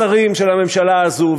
לשרים של הממשלה הזו,